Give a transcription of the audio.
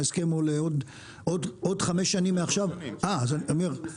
יש עלויות חיצוניות -- אם נוריד